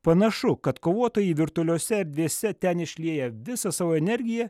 panašu kad kovotojai virtualiose erdvėse ten išlieja visą savo energiją